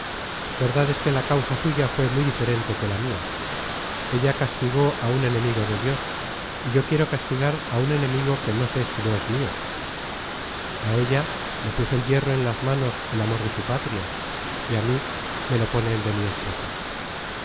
verdad es que la causa suya fué muy diferente que la mia ella castigó á un enemigo de dios y yo quiero castigar á un enemigo que no sé si lo es mio á ella le puso el hierro en las manos el amor de su patria y á mí me lo pone el de mi esposo